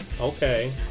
Okay